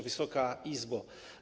Wysoka Izbo!